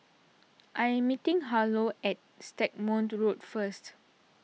I am meeting Harlow at Stagmont Road first